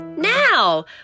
Now